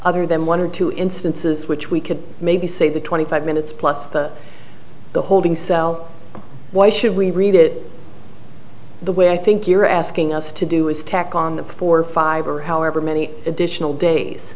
other than one or two instances which we could maybe say the twenty five minutes plus the the holding cell why should we read it the way i think you're asking us to do is tack on the for five or however many additional days